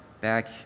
back